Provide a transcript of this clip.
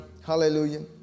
Hallelujah